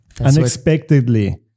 unexpectedly